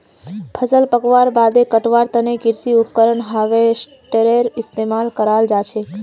फसल पकवार बादे कटवार तने कृषि उपकरण हार्वेस्टरेर इस्तेमाल कराल जाछेक